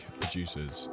producers